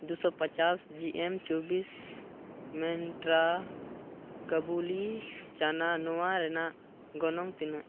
ᱫᱩᱥᱚ ᱯᱚᱪᱟᱥ ᱡᱤ ᱮᱢ ᱪᱚᱵᱽᱵᱤᱥ ᱢᱟᱱᱛᱨᱟ ᱠᱟᱵᱩᱞᱤ ᱪᱟᱱᱟ ᱱᱚᱣᱟ ᱨᱮᱱᱟᱜ ᱜᱚᱱᱚᱝ ᱛᱤᱱᱟᱹᱜ